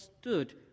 stood